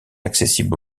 accessibles